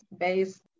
based